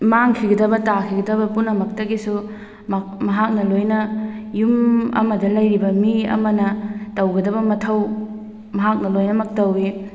ꯃꯥꯡꯈꯤꯒꯗꯕ ꯇꯥꯈꯤꯒꯗꯕ ꯄꯨꯝꯅꯃꯛꯇꯒꯤꯁꯨ ꯃꯍꯥꯛꯅ ꯂꯣꯏꯅ ꯌꯨꯝ ꯑꯃꯗ ꯂꯩꯔꯤꯕ ꯃꯤ ꯑꯃꯅ ꯇꯧꯒꯗꯕ ꯃꯊꯧ ꯃꯍꯥꯛꯅ ꯂꯣꯏꯅꯃꯛ ꯇꯧꯋꯤ